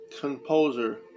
composer